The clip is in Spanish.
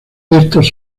estos